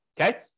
Okay